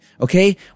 Okay